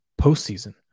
postseason